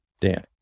Dan